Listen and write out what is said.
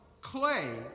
clay